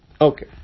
Okay